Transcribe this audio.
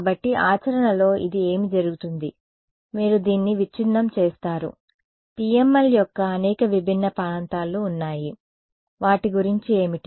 కాబట్టి ఆచరణలో ఇది ఏమి జరుగుతుంది మీరు దీన్ని విచ్ఛిన్నం చేస్తారు PML యొక్క అనేక విభిన్న ప్రాంతాలు ఉన్నాయి వాటి గురించి ఏమిటి